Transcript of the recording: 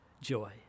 joy